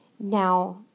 Now